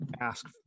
ask